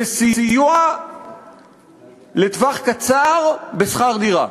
לסיוע לטווח קצר בשכר דירה.